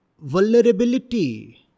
vulnerability